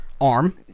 arm